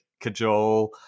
cajole